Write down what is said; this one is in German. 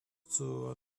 zur